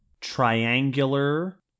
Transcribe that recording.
triangular